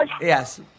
Yes